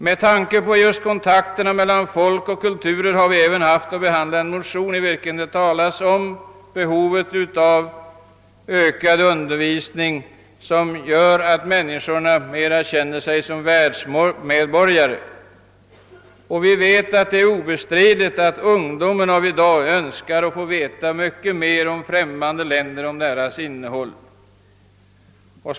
Med tanke på just kontakterna mellan folk och kulturer har vi även haft att behandla en motion, i vilken talas om behovet av fostran till världsmedborgarskap och det är obestridligt att ungdomen av i dag önskar att få veta mycket mer om främmande länder och deras förhållanden.